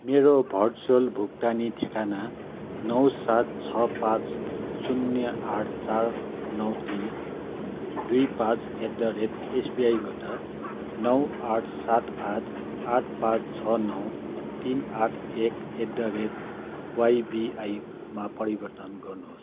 मेरो भर्चुवल भुक्तानी ठेगाना नौ सात छ पाँच शून्य आठ चार नौ तिन दुई पाँच एट द रेट एसबिआईबाट नौ आठ सात आठ आठ पाँच छ नौ तिन आठ एक एट द रेट वाइबिआईमा परिवर्तन गर्नुहोस्